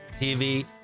TV